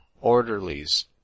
Orderlies